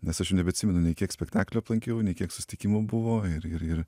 nes aš jau nebeatsimenu nei kiek spektaklių aplankiau nei kiek susitikimų buvo ir ir ir